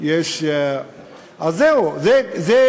יש חשד